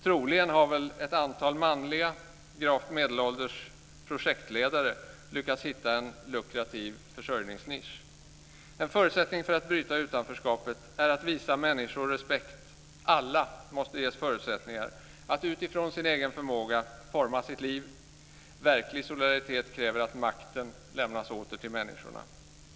Troligen har ett antal manliga, gravt medelålders projektledare lyckats hitta en lukrativ försörjningsnisch. En förutsättning för att bryta utanförskapet är att visa människor respekt. Alla måste ges förutsättningar att utifrån sin egen förmåga forma sitt liv. Verklig solidaritet kräver att makten lämnas åter till människorna.